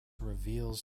reveals